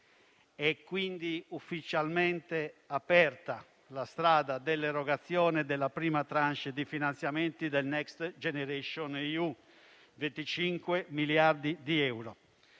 È quindi ufficialmente aperta la strada dell'erogazione della prima *tranche* di finanziamenti del Next generation EU, 25 miliardi di euro